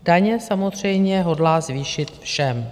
Daně samozřejmě hodlá zvýšit všem.